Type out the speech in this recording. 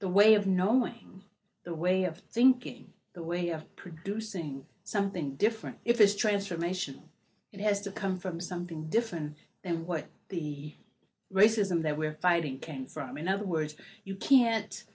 the way of knowing the way of thinking the way of producing something different if it's transformational it has to come from something different than what the racism that we're fighting came from in other words you can't